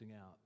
out